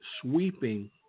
sweeping